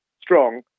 strong